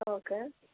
okay